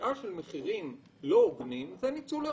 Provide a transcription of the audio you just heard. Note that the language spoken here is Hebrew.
קביעה של מחירים לא הוגנים זה ניצול לרעה.